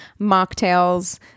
mocktails